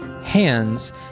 hands